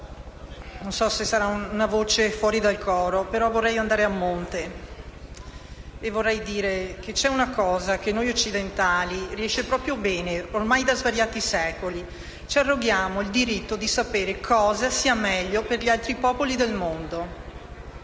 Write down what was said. non so se la mia sarà una voce fuori dal coro, ma vorrei andare a monte e dire che c'è una cosa che a noi occidentali riesce proprio bene ormai da svariati secoli: ci arroghiamo il diritto di sapere cosa sia meglio per gli altri popoli del mondo.